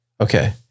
Okay